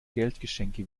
geldgeschenke